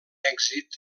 èxit